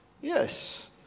yes